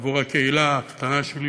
עבור הקהילה הקטנה שלי,